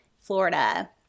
Florida